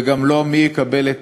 וגם לא מי יקבל את